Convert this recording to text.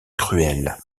cruelle